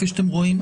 כפי שאתם רואים,